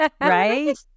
Right